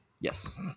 Yes